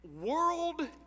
world